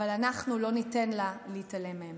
אבל אנחנו לא ניתן לה להתעלם מהם.